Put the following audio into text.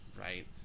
right